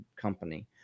company